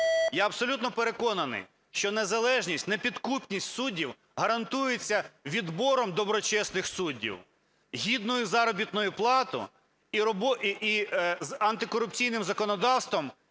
Я абсолютно переконаний, що незалежність, непідкупність суддів гарантується відбором доброчесних суддів, гідною заробітною платою і антикорупційним законодавством,